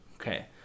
Okay